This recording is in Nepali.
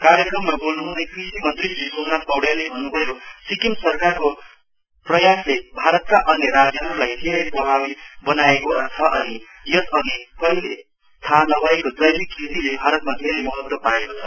कार्यक्रममा बोल्नुहँदै कृषि मन्त्री श्री सोमनाथ पौड्यालले भन्नुभयो सिक्किम सरकारको प्रयासले भारतका अन्य राज्यहरूलाई धेरै प्रभावित बनाएको छ अनि यस अघि कहिले थाहा नभएको जैविक खेतिले भारतमा धेरै महत्व पाएको छ